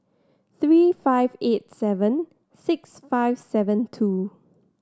three five eight seven six five seven two